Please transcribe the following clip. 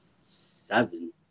seven